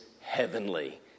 heavenly